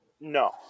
No